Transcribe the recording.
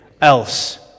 else